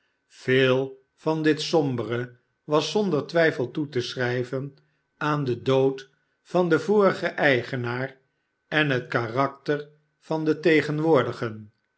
veel van dit sombere was zonder twijfel toe te schrijven aan den dood van den vorigen eigenaar en het karakter van den tegenwoordigen